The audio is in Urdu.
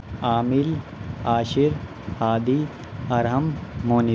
عامل عاشر ہادی ارحم مونی